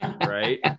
right